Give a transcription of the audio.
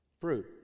Fruit